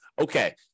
okay